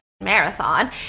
marathon